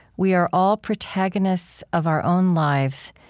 we are all protagonists of our own lives,